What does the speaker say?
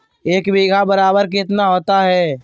एक बीघा बराबर कितना होता है?